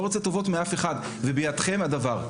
לא רוצה טובות מאף אחד ובידכם הדבר,